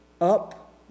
up